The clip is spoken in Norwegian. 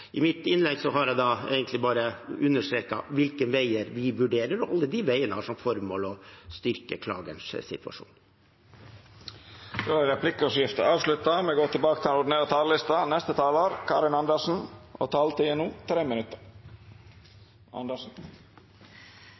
I mitt innlegg har jeg egentlig bare understreket hvilke veier vi vurderer. Alle de veiene har som formål å styrke klagerens situasjon. Replikkordskiftet er avslutta. Dei talarane som heretter får ordet, har ei taletid